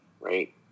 right